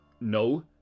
No